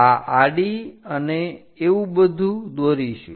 આ આડી અને એવું બધું દોરીશું